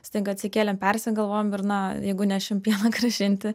staiga atsikėlėm persigalvojom ir na jeigu nešim pieną grąžinti